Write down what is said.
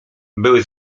były